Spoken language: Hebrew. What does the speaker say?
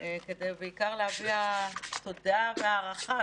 כאן להביע תודה והערכה,